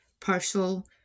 partial